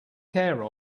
care